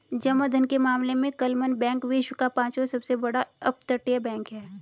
जमा धन के मामले में क्लमन बैंक विश्व का पांचवा सबसे बड़ा अपतटीय बैंक है